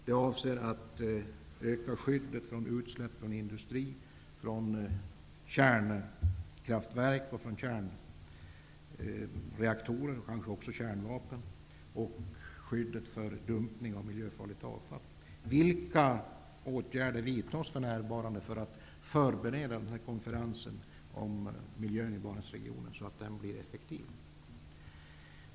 Det avser att öka skyddet när det gäller utsläpp från industri, kärnkraftverk, kärnreaktorer, kanske också kärnvapen och skyddet mot dumpning av miljöfarligt avfall. Vilka åtgärder vidtas för närvarande för att förbereda konferensen om miljön i Barentsregionen så att den blir effektiv?